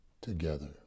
together